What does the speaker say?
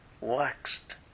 waxed